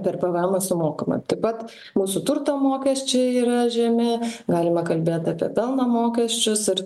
per pvemą sumokama taip pat mūsų turto mokesčiai yra žemi galima kalbėt apie pelno mokesčius ir